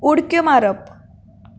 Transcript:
उडक्यो मारप